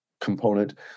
component